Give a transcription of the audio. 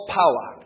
power